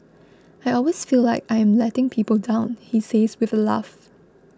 I always feel like I am letting people down he says with a laugh